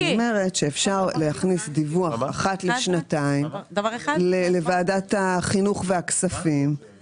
אבל אני אומרת שאפשר להכניס דיווח אחת לשנתיים לוועדת החינוך והכספים,